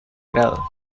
grados